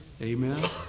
Amen